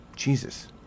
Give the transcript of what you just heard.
Jesus